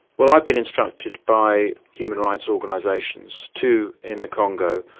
well i've been instructed by human rights organisations, two in the congo,